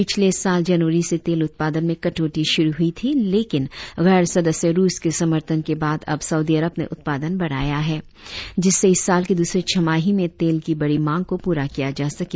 पिछले साल जनवरी से तेल उप्तादन में कटौती शुरु हुई थी लेकिन गैर सदस्य रुस के समर्थन के बाद अब सऊदी अरब ने उत्पादन बढ़ाया है जिससे इस साल के दूसरे छमाही में तेल की बढ़ी मांग को पूरा किया जा सके